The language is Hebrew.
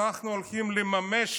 אנחנו הולכים לממש